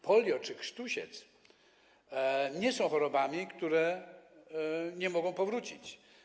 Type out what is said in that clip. Polio czy krztusiec nie są chorobami, które nie mogą powrócić.